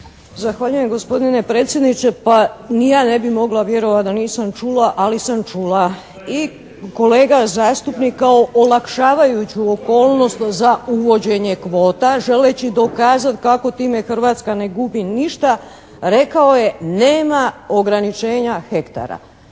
Zahvaljujem gospodine predsjedniče. Pa ni ja ne bih mogla vjerovati da nisam čula, ali sam čula. I kolega zastupnik kao olakšavajuću okolnost za uvođenje kvota želeći dokazati kako time Hrvatska ne gubi ništa rekao je: «Nema ograničenja hektara».